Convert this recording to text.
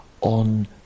on